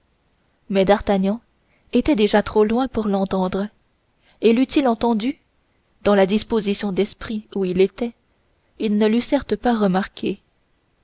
mais d'artagnan était déjà trop loin pour l'entendre et l'eut-il entendu dans la disposition d'esprit où il était il ne l'eût certes pas remarqué